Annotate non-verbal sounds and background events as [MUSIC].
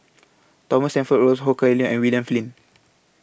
Thomas and [UNINTELLIGIBLE] Ho Kah Leong and William Flint [NOISE]